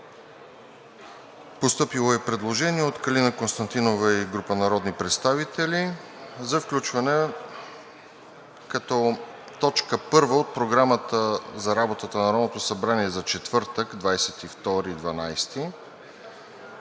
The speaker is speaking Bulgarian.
Постъпило е предложение от Калина Константинова и група народни представители за включване като точка първа от Програмата за работата на Народното събрание за четвъртък, 22